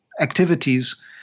activities